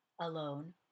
alone